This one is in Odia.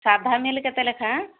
ସାଧା ମିଲ୍ କେତେ ଲେଖାଏଁ